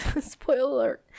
Spoiler